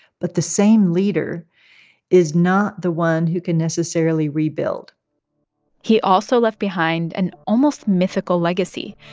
but the same leader is not the one who can necessarily rebuild he also left behind an almost mythical legacy,